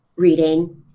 reading